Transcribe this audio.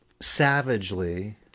savagely